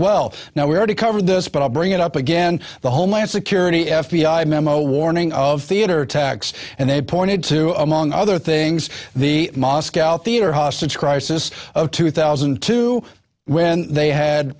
well now we already covered this but i'll bring it up again the homeland security f b i memo warning of theater attacks and they pointed to among other things the moscow theater hostage crisis of two thousand and two when they had